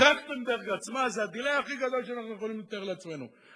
טרכטנברג עצמה זה ה-delay הכי גדול שאנחנו יכולים לתאר לעצמנו,